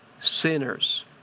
sinners